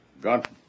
got